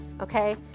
okay